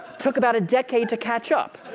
took about a decade to catch up.